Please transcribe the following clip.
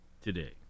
today